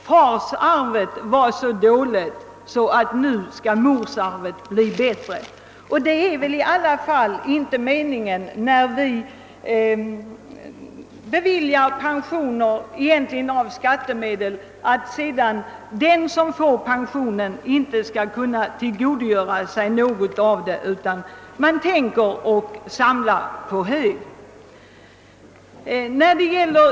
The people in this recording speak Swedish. Farsarvet var dåligt, och nu skall morsarvet bli bättre.» Det är väl i alla fall inte meningen när vi beviljar pensioner av skattemedel att den som skall ha pensionen inte skall kunna tillgodogöra sig något av den — för att anhöriga vill samla på hög.